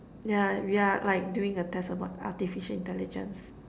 yeah we're like doing a test about artificial intelligence